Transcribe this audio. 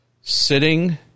sitting